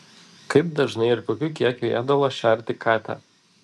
kaip dažnai ir kokiu kiekiu ėdalo šerti katę